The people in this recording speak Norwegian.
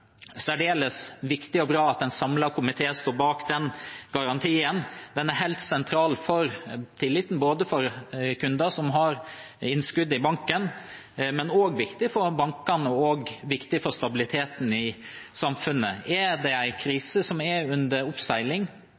særdeles viktig og bra at en samlet komité står bak den garantien. Den er helt sentral for tilliten, både for kunder som har innskudd i banken, og viktig for bankene og for stabiliteten i samfunnet. Er en krise under oppseiling, er det særdeles viktig at folk som